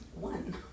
One